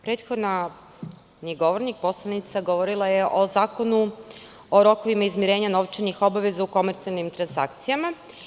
Prethodni govornik govorio je o Zakonu o rokovima izmirenja novčanih obaveza u komercijalnim transakcijama.